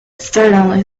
certainly